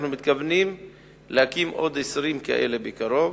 אנחנו מתכוונים להקים עוד 20 כאלה בקרוב.